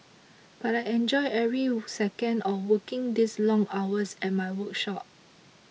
but I enjoy every second of working these long hours at my workshop